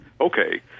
okay